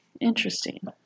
Interesting